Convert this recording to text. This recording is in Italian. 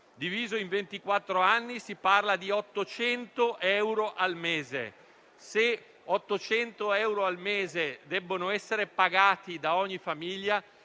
ventiquattro anni significa 800 euro al mese. Se 800 euro al mese debbono essere pagati da ogni famiglia,